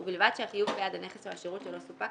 אבל הוא שינוי לטובת הצרכן,